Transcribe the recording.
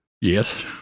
Yes